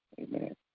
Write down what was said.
amen